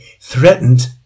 threatened